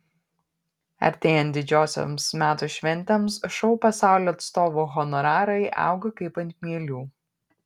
artėjant didžiosioms metų šventėms šou pasaulio atstovų honorarai auga kaip ant mielių